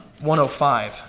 105